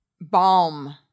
balm